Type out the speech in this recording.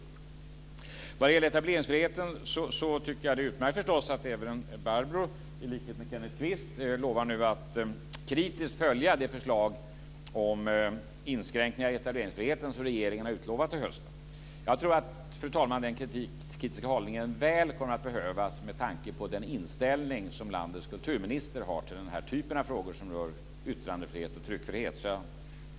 Vad det gäller etableringsfriheten tycker jag att det är utmärkt att även Barbro i likhet med Kenneth Kvist lovar att kritiskt följa det förslag om inskränkningar i etableringsfriheten som regeringen har utlovat till hösten. Jag tror, fru talman, att den kritiska hållningen väl kommer att behövas med tanke på den inställning som landets kulturminister har till denna typ av frågor, som rör yttrandefrihet och tryckfrihet.